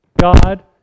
God